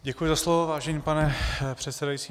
Děkuji za slovo, vážený pane předsedající.